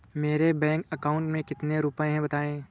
मेरे bank account में कितने रुपए हैं बताएँ?